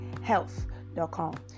health.com